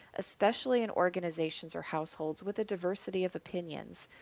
especially in organizations or households with a diversity of opinions,